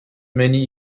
many